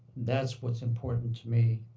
that's what important to me.